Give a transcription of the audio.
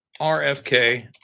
RFK